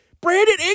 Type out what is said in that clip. Brandon